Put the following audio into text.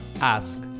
ask